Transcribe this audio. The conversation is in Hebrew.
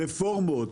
רפורמות,